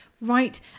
Right